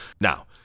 Now